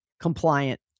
compliant